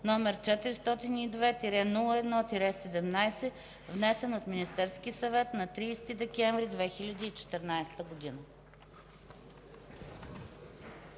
№ 402-01-17, внесен от Министерския съвет на 30 декември 2014 г.”